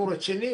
רציני.